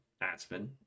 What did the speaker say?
aspen